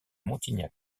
montignac